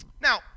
Now